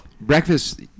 breakfast